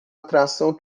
atração